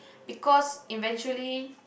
because eventually